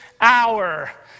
hour